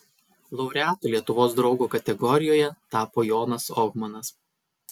laureatu lietuvos draugo kategorijoje tapo jonas ohmanas